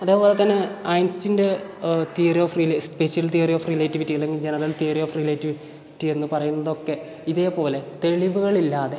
അതേപോലെ തന്നെ ഐൻസ്റ്റീൻ്റെ theory of special theory of relativity അല്ലെങ്കിൽ ജനറൽ തിയറി ഓഫ് റിലേറ്റിവിറ്റി എന്ന് പറയുന്നതൊക്കെ ഇതേപോലെ തെളിവുകളില്ലാതെ